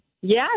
Yes